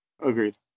Agreed